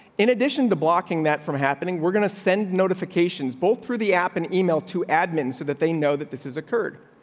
in addition to blocking that from happening, we're gonna send notifications both through the app and email to admin so that they know that this has occurred.